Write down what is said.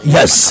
Yes